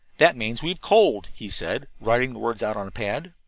that means we have coaled he said, writing the words out on the pad.